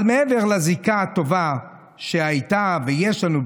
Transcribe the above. אבל מעבר לזיקה הטובה שהייתה ויש לנו,